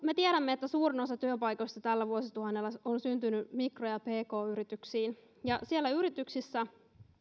me tiedämme että suurin osa työpaikoista tällä vuosituhannella on syntynyt mikro ja pk yrityksiin ja siellä yrityksissä